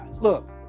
look